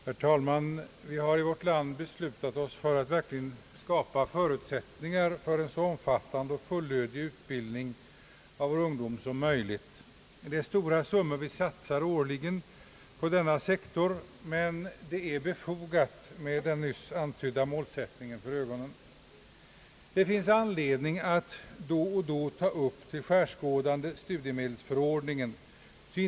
Herr talman! Vi har i vårt land beslutat oss för att verkligen skapa förutsättningar för en så fullödig och omfattande utbildning åt vår ungdom som möjligt. Det är stora summor vi satsar årligen på denna sektor, men det är befogat med den nyss antydda målsättningen för ögonen. Det finns anledning att då och då ta upp studiemedelsförordningen till skärskådande.